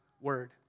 word